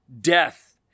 Death